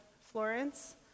Florence